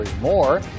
more